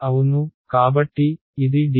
అవును కాబట్టి ఇది dl